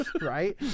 Right